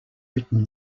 written